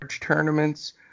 tournaments